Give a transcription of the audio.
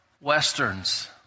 Westerns